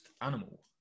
animal